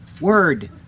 word